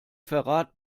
verrat